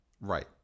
Right